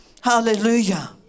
Hallelujah